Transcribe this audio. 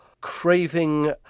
craving